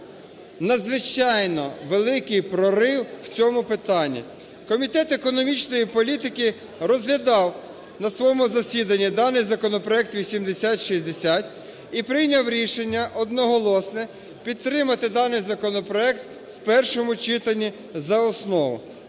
надзвичайно великий прорив у цьому питанні. Комітет економічної політики розглядав на своєму засіданні даний законопроект 8060 і прийняв рішення одноголосне підтримати даний законопроект у першому читанні за основу.